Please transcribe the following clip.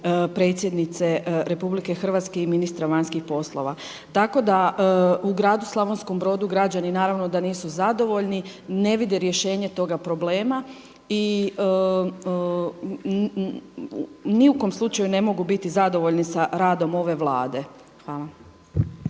predsjednice RH i ministra vanjskih poslova. Tako da u gradu Slavonskom Brodu građani naravno da nisu zadovoljni, ne vide rješenje toga problema i ni u kom slučaju ne mogu biti zadovoljni sa radom ove Vlade. Hvala.